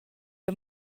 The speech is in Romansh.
igl